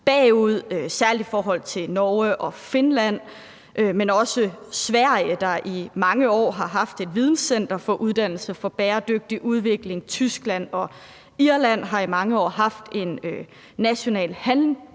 bagud, særlig i forhold til Norge og Finland, men også Sverige, der i mange år har haft et videncenter for uddannelse for bæredygtig udvikling. Tyskland og Irland har i mange år haft en national